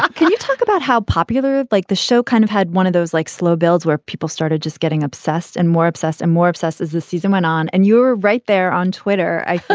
ah can you talk about how popular like the show kind of had one of those like slow builds where people started just getting obsessed and more obsessed and more obsessed as the season went on. and you're right there on twitter i